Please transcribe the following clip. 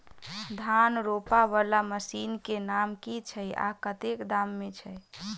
धान रोपा वला मशीन केँ नाम की छैय आ कतेक दाम छैय?